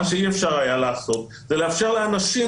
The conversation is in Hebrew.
מה שאי-אפשר היה לעשות זה לאפשר לאנשים